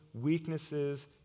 weaknesses